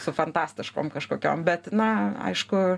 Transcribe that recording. su fantastiškom kažkokiom bet na aišku